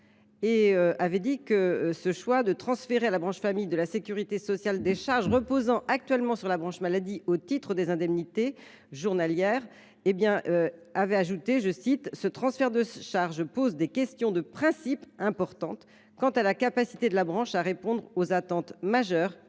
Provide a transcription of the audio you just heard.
de la sécurité sociale de transférer à la branche famille de la sécurité sociale des charges reposant actuellement sur la branche maladie au titre des indemnités journalières ». Selon cet avis, « ce transfert de charges pose des questions de principe importantes quant à la capacité de la branche à répondre aux attentes majeures